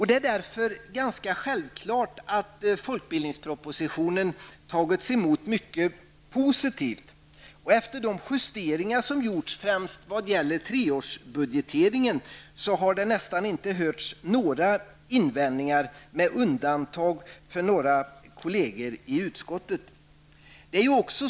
Det är därför ganska självklart att folkbildningspropositionen tagits emot mycket positivt. Efter de justeringar som gjorts, främst vad gäller treårsbudgeteringen, har det nästan inte hörts några invändningar, med undantag för några kollegor i utskottet.